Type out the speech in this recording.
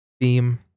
theme